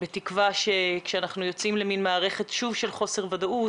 בתקווה שכאשר אנחנו יוצאים למערכת של חוסר ודאות,